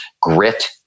grit